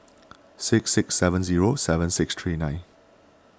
six six seven zero seven six three nine